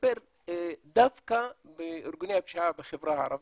לטפל דווקא בארגוני הפשיעה בחברה הערבית,